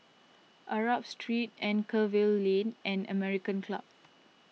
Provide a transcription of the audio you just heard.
Arab Street Anchorvale Lane and American Club